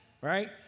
right